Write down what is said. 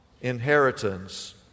inheritance